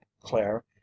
Claire